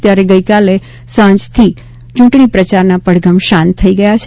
ત્યારે ગઇકાલે સાંજથી ચૂંટણી પ્રચારના પડઘમ શાંત થઇ ગયા છે